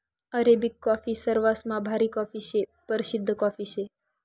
Arabic coffee सरवासमा भारी coffee शे, परशिद्ध कॉफी शे